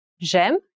j'aime